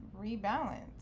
rebalance